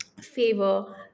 favor